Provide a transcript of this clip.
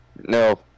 No